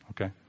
okay